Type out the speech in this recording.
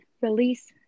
release